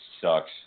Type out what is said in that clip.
sucks